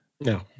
No